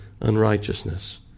unrighteousness